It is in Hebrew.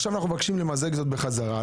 עכשיו אנחנו מבקשים למזג זאת בחזרה,